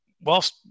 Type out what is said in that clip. whilst